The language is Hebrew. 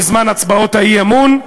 בזמן הצבעות האי-אמון,